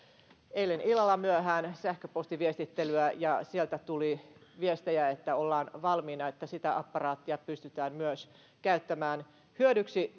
eilen illalla myöhään sähköpostiviestittelyä ja sieltä tuli viestejä että ollaan valmiina että sitä apparaattia pystytään myös käyttämään hyödyksi